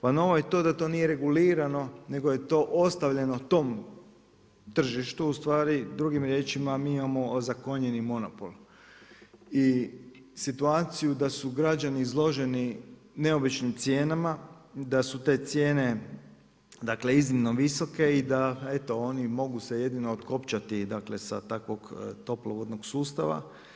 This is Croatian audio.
Pa novo je to dakle da to nije regulirano nego je to ostavljeno tom tržištu, ustvari, drugim riječima mi imamo ozakonjeni monopol i situaciju da su građani izloženi neobičnim cijenama, da su te cijene dakle iznimno visoke i da eto oni mogu se jedino otkopčati dakle sa takvog toplovodnog sustava.